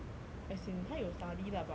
as in 他有 study lah but 好像